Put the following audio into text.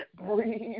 Breathe